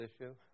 issue